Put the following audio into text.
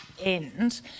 end